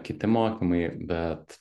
kiti mokymai bet